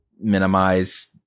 minimize